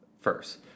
first